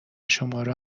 شمارو